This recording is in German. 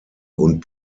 und